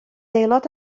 aelod